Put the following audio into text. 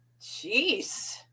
Jeez